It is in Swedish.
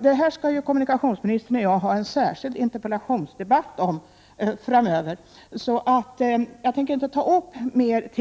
Det här skall jag och kommunikationsministern ha en särskild interpellationsdebatt om framöver, så jag tänker inte ta upp kammarens